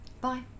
Bye